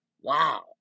wow